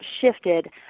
shifted